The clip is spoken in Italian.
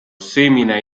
semina